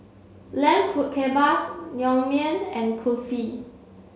Lamb Kebabs Naengmyeon and Kulfi